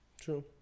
True